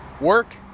work